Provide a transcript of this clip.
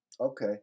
Okay